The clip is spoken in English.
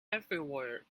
everywhere